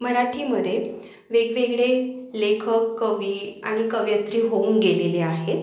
मराठीमध्ये वेगवेगळे लेखक कवी आणि कवियत्री होऊन गेलेले आहेत